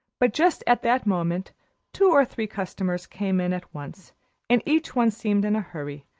but just at that moment two or three customers came in at once and each one seemed in a hurry,